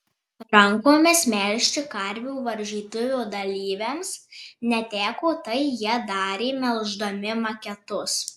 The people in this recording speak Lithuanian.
rankomis melžti karvių varžytuvių dalyviams neteko tai jie darė melždami maketus